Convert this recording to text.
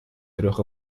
трех